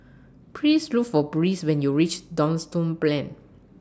Please Look For Brice when YOU REACH Duxton Plain